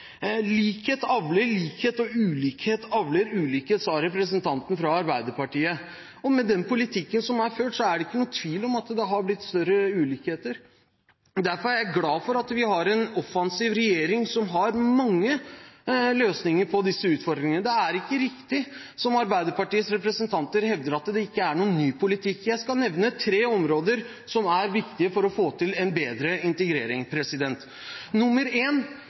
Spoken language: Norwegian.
avler likhet, mens ulikhet avler mer ulikhet», sa representanten fra Arbeiderpartiet. Med den politikken som er ført, er det ikke noen tvil om at det har blitt større ulikheter, derfor er jeg glad for at vi har en offensiv regjering som har mange løsninger på disse utfordringene. Det er ikke riktig som Arbeiderpartiets representanter hevder, at det ikke er noen ny politikk. Jeg skal nevne tre områder som er viktige for å få til en bedre integrering.